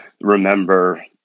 remember